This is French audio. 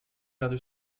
perdu